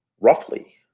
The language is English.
roughly